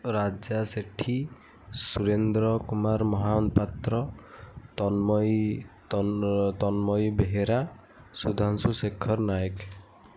Raja Sethi Surendra Kumar Mahapatra Tanmayee Tanmayee Behera Sudhanshu Shekhar Nayak